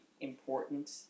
important